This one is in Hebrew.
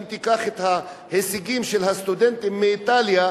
אם תיקח את ההישגים של הסטודנטים מאיטליה,